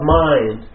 mind